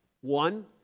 One